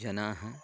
जनाः